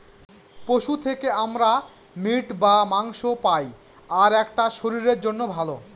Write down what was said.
পশু থেকে আমরা মিট বা মাংস পায়, আর এটা শরীরের জন্য ভালো